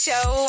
Show